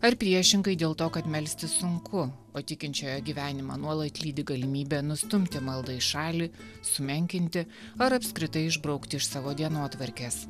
ar priešingai dėl to kad melstis sunku o tikinčiojo gyvenimą nuolat lydi galimybė nustumti maldą į šalį sumenkinti ar apskritai išbraukti iš savo dienotvarkės